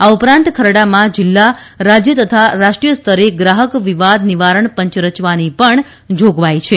આ ઉપરાંત ખરડામાં જિલ્લા રાજય તથા રાષ્ટ્રીય સ્તરે ગ્રાહક વિવાદ નિવારણ પંચ રચવાની પણ જાગવાઇ છે